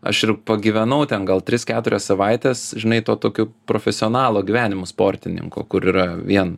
aš ir pagyvenau ten gal tris keturias savaites žinai tuo tokiu profesionalo gyvenimu sportininko kur yra vien